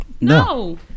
No